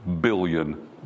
billion